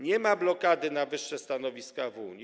Nie ma blokady na wyższe stanowiska w Unii.